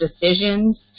decisions